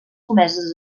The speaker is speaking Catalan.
comeses